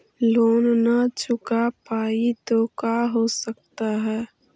Loan न चुका पाई तो का हो सकता है?